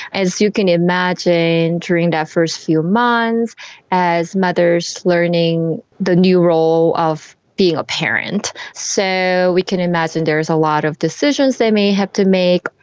as you can imagine during that first few months as mothers are learning the new role of being a parent, so we can imagine there is a lot of decisions they may have to make,